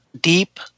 deep